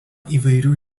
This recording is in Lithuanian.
įvairių